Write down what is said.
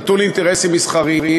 נטול אינטרסים מסחריים,